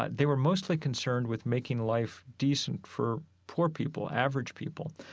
but they were mostly concerned with making life decent for poor people, average people.